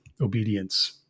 obedience